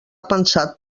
pensat